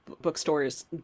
bookstores